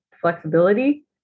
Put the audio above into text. flexibility